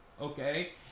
Okay